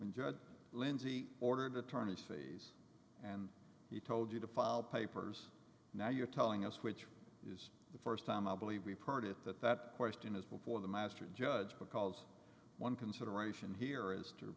judge lindsey ordered attorneys fees and he told you to file papers now you're telling us which was the st time i believe we parted that that question is before the master judge because one consideration here is